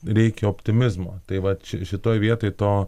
reikia optimizmo tai vat ši šitoj vietoj to